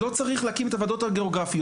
לא צריך להקים את הוועדות הגיאוגרפיות,